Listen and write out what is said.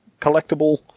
collectible